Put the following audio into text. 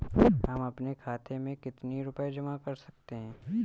हम अपने खाते में कितनी रूपए जमा कर सकते हैं?